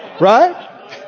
Right